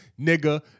nigga